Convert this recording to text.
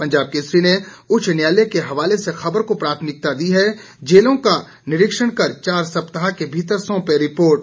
पंजाब केसरी ने उच्च न्यायालय के हवाले से खबर को प्रमुखता दी है जेलों का निरीक्षण कर चार सप्ताह के भीतर सौंपे रिपोर्ट